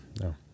no